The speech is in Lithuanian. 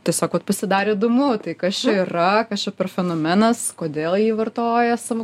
tiesiog vat pasidarė įdomu tai kas čia yra kas čia per fenomenas kodėl jį vartoja savo